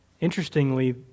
Interestingly